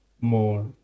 more